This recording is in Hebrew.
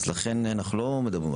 אז לכן אנחנו לא מדברים,